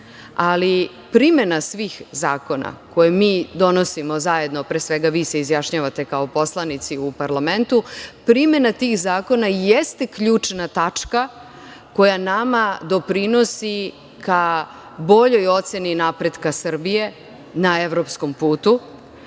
ali primena svih zakona koje mi donosimo zajedno, pre svega vi seizjašnjavate kao poslanici u parlamentu, primena tih zakona jeste ključna tačka koja nama doprinosi ka boljoj oceni napretka Srbije na evropskom putu.